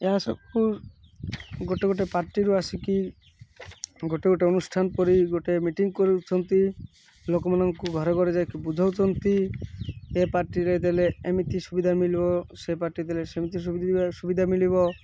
ଏହା ସବୁ ଗୋଟେ ଗୋଟେ ପାର୍ଟିରୁ ଆସିକି ଗୋଟେ ଗୋଟେ ଅନୁଷ୍ଠାନ ପରି ଗୋଟେ ମିଟିଂ କରୁଛନ୍ତି ଲୋକମାନଙ୍କୁ ଘରେ ଘରେ ଯାଇକି ବୁଝାଉଛନ୍ତି ଏ ପାର୍ଟିରେ ଦେଲେ ଏମିତି ସୁବିଧା ମଳିବ ସେ ପାର୍ଟି ଦେଲେ ସେମିତି ସୁବିଧା ମିଳିବ